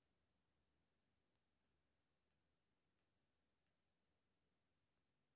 पशु के चारा में विटामिन के रूप में कि सब देल जा?